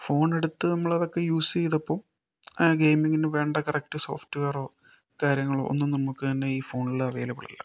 ഫോണെടുത്ത് നമ്മളതൊക്കെ യൂസ് ചെയ്തപ്പം ആ ഗെമിങ്ങിന് വേണ്ട കറക്റ്റ് സോഫ്റ്റ് വെയറൊ കാര്യങ്ങളൊ ഒന്നും നമുക്ക് തന്നെ ഈ ഫോണിൽ അവൈലബിൾ അല്ല